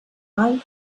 mal